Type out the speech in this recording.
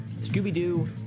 Scooby-Doo